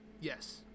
Yes